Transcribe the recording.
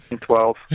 twelve